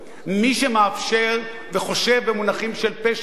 מי שמאפשר וחושב במונחים של פשע כזה,